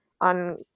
on